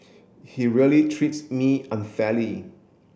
he really treats me unfairly